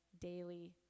daily